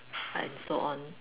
and so on